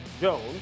Jones